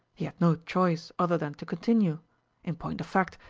he had no choice other than to continue in point of fact,